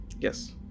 Yes